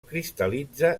cristal·litza